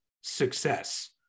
success